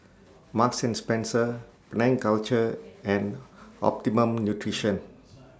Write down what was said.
Marks and Spencer Penang Culture and Optimum Nutrition